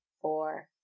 four